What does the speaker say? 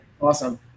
awesome